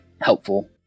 helpful